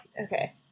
Okay